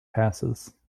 passes